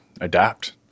adapt